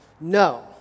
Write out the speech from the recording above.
no